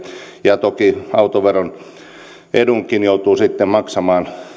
ja toki autoveroedunkin joutuu sitten maksamaan